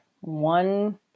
one